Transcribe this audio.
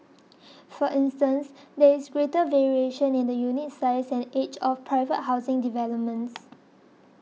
for instance there is greater variation in the unit size and age of private housing developments